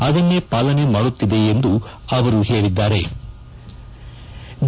ಅದನ್ನೇ ಪಾಲನೆ ಮಾಡುತ್ತಿದೆ ಎಂದು ಅವರು ಹೇಳಿದ್ಲಾರೆ